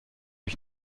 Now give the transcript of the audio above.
ich